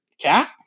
cat